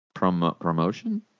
promotion